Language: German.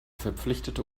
verpflichtete